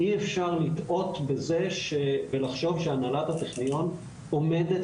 אי אפשר לטעות בזה ולחשוב שהנהלת הטכניון עומדת